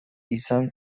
izan